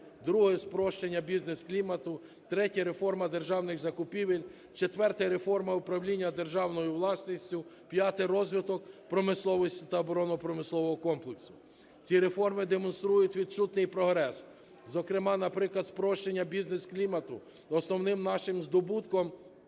друге – спрощення бізнес-клімату, третє – реформа державних закупівель, четверте – реформа управління державною власністю, п'яте – розвиток промисловості та оборонно-промислового комплексу. Ці реформи демонструють відсутній прогрес, зокрема, наприклад, спрощення бізнес-клімату. Основним нашим здобутком